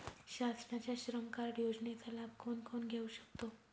शासनाच्या श्रम कार्ड योजनेचा लाभ कोण कोण घेऊ शकतो?